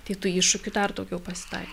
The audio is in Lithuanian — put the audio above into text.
tai tų iššūkių dar daugiau pasitaiko